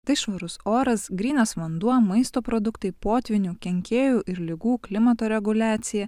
tai švarus oras grynas vanduo maisto produktai potvynių kenkėjų ir ligų klimato reguliacija